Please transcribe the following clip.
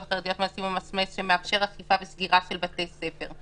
החרדיות מנסים למסמס של אכיפת סגירת בתי ספר.